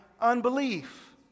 unbelief